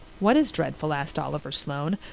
what is dreadful? asked oliver sloane,